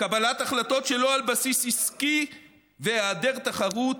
קבלת החלטות שלא על בסיס עסקי והיעדר תחרות,